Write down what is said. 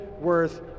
worth